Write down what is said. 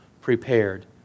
prepared